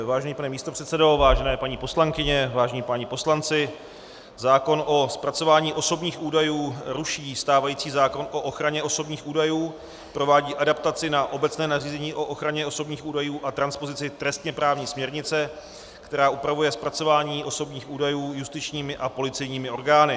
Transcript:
Vážený pane místopředsedo, vážené paní poslankyně, vážení páni poslanci, zákon o zpracování osobních údajů ruší stávající zákon o ochraně osobních údajů, provádí adaptaci na obecné nařízení o ochraně osobních údajů a transpozici trestněprávní směrnice, která upravuje zpracování osobních údajů justičními a policejními orgány.